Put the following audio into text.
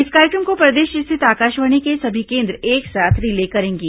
इस कार्यक्रम को प्रदेश स्थित आकाशवाणी के सभी केन्द्र एक साथ रिले करेंगे